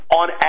on